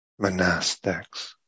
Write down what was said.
monastics